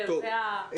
זהו.